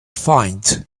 find